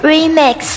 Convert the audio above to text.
Remix